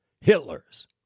Hitler's